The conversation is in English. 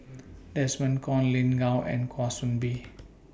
Desmond Kon Lin Gao and Kwa Soon Bee